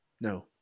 No